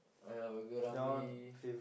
I have burger Ramly